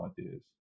ideas